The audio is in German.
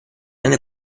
eine